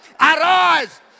Arise